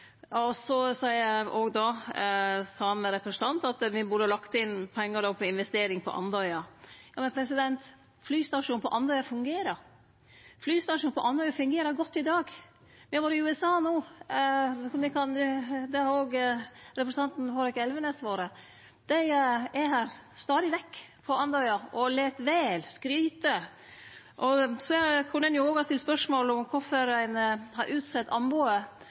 P-8. Så seier same representant at me då burde lagt inn pengar til investering på Andøya. Men flystasjonen på Andøya fungerer. Flystasjonen på Andøya fungerer godt i dag. Me har vore i USA no, det har òg representanten Hårek Elvenes. Dei er stadig vekk på Andøya og let vel, skryt. Ein kunne òg ha stilt spørsmål om kvifor ein har utsett anbodet